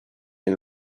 and